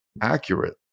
accurate